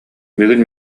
бүгүн